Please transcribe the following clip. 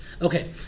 Okay